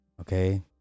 Okay